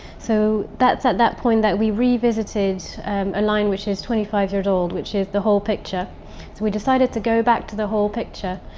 so that's at that point that we revisited a line which is twenty five years old, which is the whole picture. so we decided to go back to the whole picture.